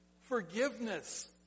Forgiveness